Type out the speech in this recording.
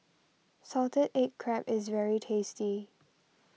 Salted Egg Crab is very tasty